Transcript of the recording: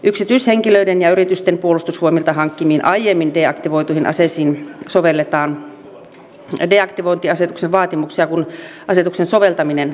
yksityishenkilöiden ja yritysten puolustusvoimilta hankkimiin aiemmin deaktivoituihin aseisiin sovelletaan deaktivointiasetuksen vaatimuksia kun asetuksen soveltaminen alkaa